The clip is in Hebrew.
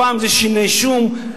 הפעם זה שיני שום,